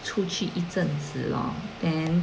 出去一阵子 lor then